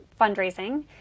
fundraising